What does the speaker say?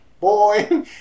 boy